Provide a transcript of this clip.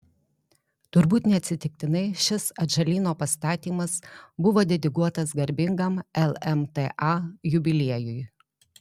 turbūt neatsitiktinai šis atžalyno pastatymas buvo dedikuotas garbingam lmta jubiliejui